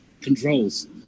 controls